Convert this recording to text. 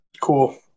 Cool